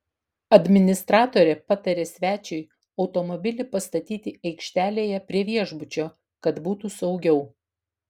administratorė patarė svečiui automobilį pastatyti aikštelėje prie viešbučio kad būtų saugiau